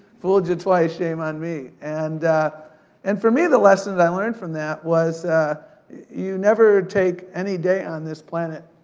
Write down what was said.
fooled you twice, shame on me. and and for me, the lesson that i learned from that was you never take any day on this planet